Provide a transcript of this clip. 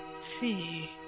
see